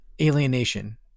alienation